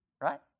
Right